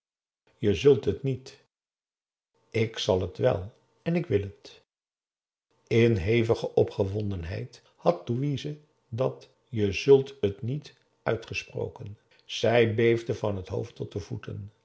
je zult het niet ik zal het wèl en ik wil het in hevige opgewondenheid had louise dat je zult het niet uitgesproken zij beefde van het hoofd tot de voeten